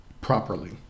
properly